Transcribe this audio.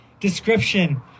Description